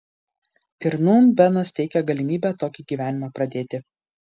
ir nūn benas teikia galimybę tokį gyvenimą pradėti